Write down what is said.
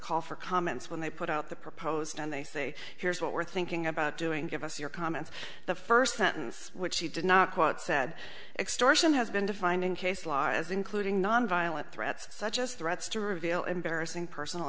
call for comments when they put out the proposed and they say here's what we're thinking about doing give us your comments the first sentence which she did not quote said extortion has been defined in case law as including nonviolent threats such as threats to reveal embarrassing personal